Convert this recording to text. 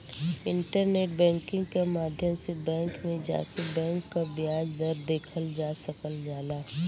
internet banking क माध्यम से बैंक में जाके बैंक क ब्याज दर देखल जा सकल जाला